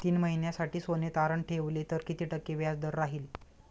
तीन महिन्यासाठी सोने तारण ठेवले तर किती टक्के व्याजदर राहिल?